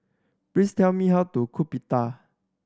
please tell me how to cook Pita